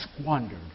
squandered